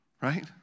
right